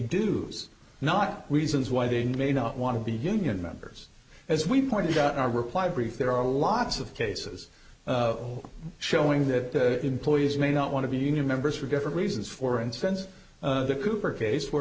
dues not reasons why they may not want to be union members as we pointed out in our reply brief there are lots of cases showing that employers may not want to be union members for different reasons for instance the cooper case where